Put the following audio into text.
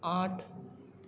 آٹھ